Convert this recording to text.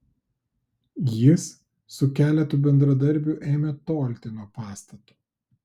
jis su keletu bendradarbių ėmė tolti nuo pastato